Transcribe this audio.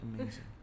Amazing